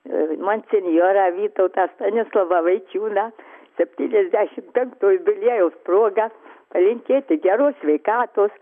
monsenjorą vytautą stanislovą vaičiūną septyniasdešimt penktojo jubiliejaus proga palinkėti geros sveikatos